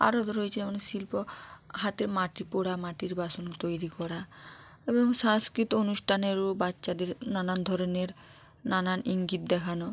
আরো তো রয়েছে অনেক শিল্প হাতের মাটি পোড়া মাটির বাসন তৈরি করা এবং সংস্কৃত অনুষ্ঠানের বাচ্চাদের নানান ধরনের নানান ইঙ্গিত দেখানো